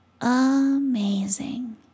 amazing